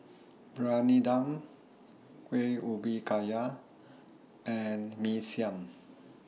Briyani Dum Kueh Ubi Kayu and Mee Siam